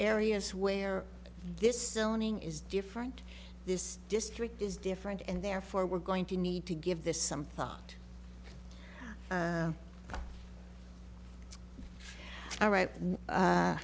areas where this is different this district is different and therefore we're going to need to give this some thought all right